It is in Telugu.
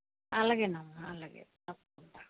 అలాగేనమ్మా అలాగే తప్పకుండా